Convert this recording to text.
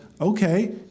okay